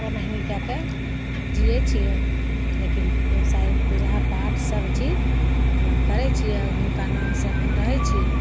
ओनाहिए कैके जिए छिए लेकिन फेर पूजा पाठ सबचीज अपना करै छिए हुनका नामसे अपन रहै छी